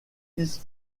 fils